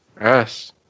Yes